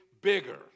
bigger